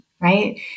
right